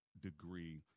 degree